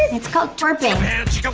it's called twerking.